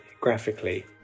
graphically